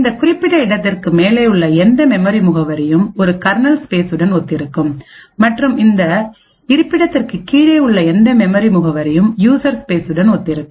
இந்த குறிப்பிட்ட இருப்பிடத்திற்கு மேலே உள்ள எந்த மெமரி முகவரியும் ஒரு கர்னல்ஸ்பேஸ்சுடன் ஒத்திருக்கும் மற்றும் இந்த இருப்பிடத்திற்கு கீழே உள்ள எந்த மெமரி முகவரியும் யூசர் ஸ்பேஸ்சுடன் ஒத்திருக்கும்